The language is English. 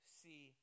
see